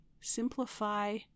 simplify